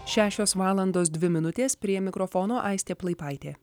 šešios valandos dvi minutės prie mikrofono aistė plaipaitė